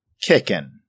kicking